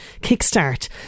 kickstart